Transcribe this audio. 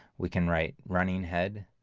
we can write running head,